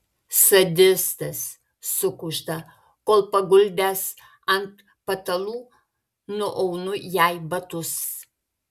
sadistas sukužda kol paguldęs ant patalų nuaunu jai batus